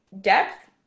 depth